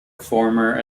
former